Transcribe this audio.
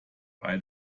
weil